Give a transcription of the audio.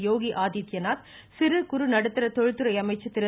யோகி ஆதித்யநாத் சிறுகுறு நடுத்தர தொழில்துறை அமைச்சர் திரு